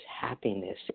happiness